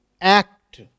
act